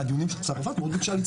היו דיונים ואמרנו שאפשר להצטרף.